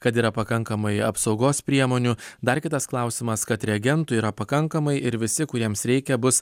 kad yra pakankamai apsaugos priemonių dar kitas klausimas kad reagentų yra pakankamai ir visi kuriems reikia bus